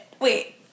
Wait